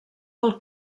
pel